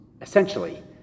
essentially